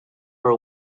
her